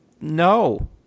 No